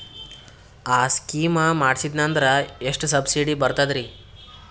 ಆ ಸ್ಕೀಮ ಮಾಡ್ಸೀದ್ನಂದರ ಎಷ್ಟ ಸಬ್ಸಿಡಿ ಬರ್ತಾದ್ರೀ?